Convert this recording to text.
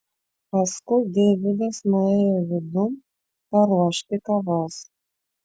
paskui deividas nuėjo vidun paruošti kavos